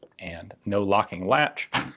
and no locking latch,